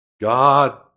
God